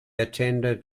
attended